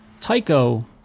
Tycho